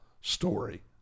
story